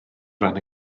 ran